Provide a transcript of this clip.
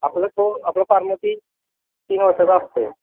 आपलं तो आपलं फार्मसी तीन वर्षाचा असतोय